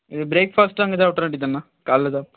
இது ப்ரேக்ஃபாஸ்ட் அங்கே சாப்பிட்ற வேண்டியதாண்ணா காலைல சாப்பாடு